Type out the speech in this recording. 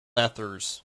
ethers